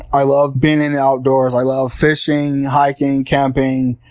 i love being in the outdoors. i love fishing, hiking, camping,